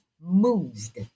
moved